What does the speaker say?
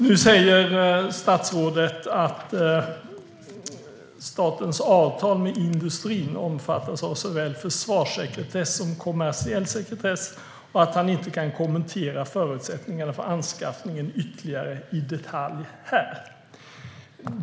Nu säger statsrådet att statens avtal med industrin omfattas av såväl försvarssekretess som kommersiell sekretess och att han inte ytterligare kan kommentera förutsättningarna för anskaffning i detalj här.